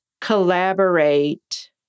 collaborate